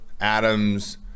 Adams